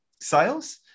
sales